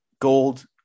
gold